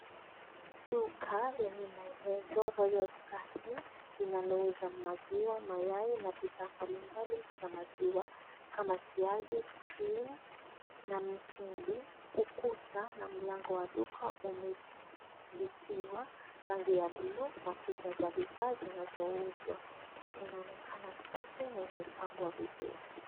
Duka lenye maelezo Royal Star Inn linalouza maziwa, mayai na bidhaa mbalimbali za maziwa kama siagi, cream na mtindi. Ukuta na mlango wa duka umetiwa rangi ya buluu na picha za vifaa zinazouzwa. Duka inaonekana safi na imepangwa vizuri.